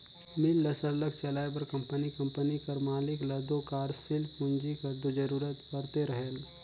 मील ल सरलग चलाए बर कंपनी कंपनी कर मालिक ल दो कारसील पूंजी कर दो जरूरत परते रहेल